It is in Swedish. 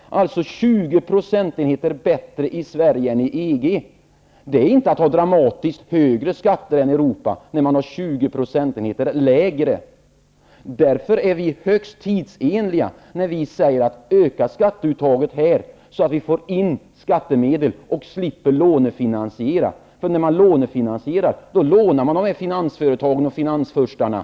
Det är alltså 20 procentenheter bättre i Sverige än i EG. Det är inte att ha dramatiskt högre skatter än Europa när man har 20 Därför är vi högst tidsenliga när vi säger att vi skall öka skatteutaget här, så att vi får in skattemedel och slipper lånefinansiera. När man lånefinansierar lånar man av finansföretagen och finansfurstarna.